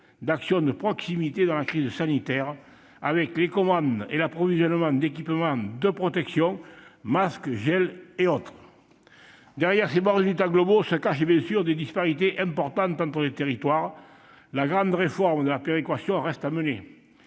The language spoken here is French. d'action de proximité dans la crise sanitaire, avec les commandes et l'approvisionnement en équipements de protection- masques, gel et autres. Derrière ces bons résultats globaux se cachent bien sûr des disparités importantes entre les territoires. La grande réforme de la péréquation reste à mener.